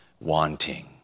wanting